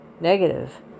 negative